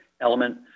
element